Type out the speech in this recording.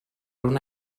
una